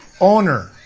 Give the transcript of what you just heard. owner